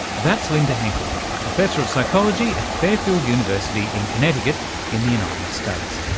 that's linda henkel, a professor of psychology at fairfield university in connecticut in the united states.